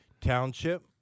Township